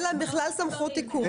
אין להם בכלל סמכות עיכוב,